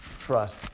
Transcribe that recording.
trust